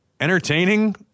entertaining